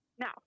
No